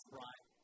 right